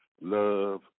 love